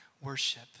worship